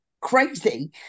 crazy